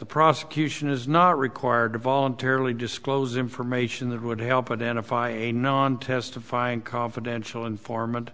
the prosecution is not required to voluntarily disclose information that would help identify a non testifying confidential informant